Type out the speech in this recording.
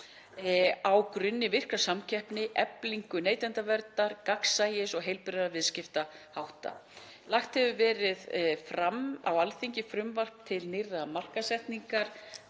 á grunni virkrar samkeppni, eflingar neytendaverndar, gagnsæis og heilbrigðra viðskiptahátta. Lagt hefur verið fram á Alþingi frumvarp til nýrra markaðssetningarlaga.